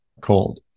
cold